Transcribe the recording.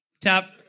tap